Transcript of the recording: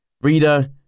Reader